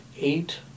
eight